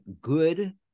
good